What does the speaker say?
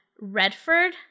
Redford